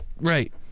Right